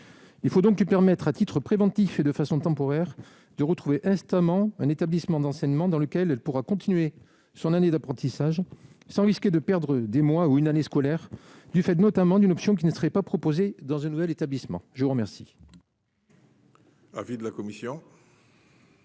il faut donc permettre à titre préventif et de façon temporaire de retrouver instamment un établissement d'enseignement dans lequel elle pourra continuer son année d'apprentissage sans risquer de perdre des mois ou une année scolaire, du fait notamment d'une option qui ne serait pas proposé dans un nouvel établissement je vous remercie.